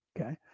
okay